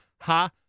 Ha